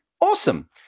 awesome